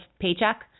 Paycheck